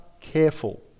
careful